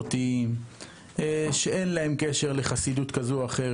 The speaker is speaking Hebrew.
סופי לגבי הקהילות שיוקצו להן ההיתרים בתוך ה-15%,